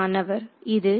மாணவர் Refer Time 1343